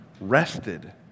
rested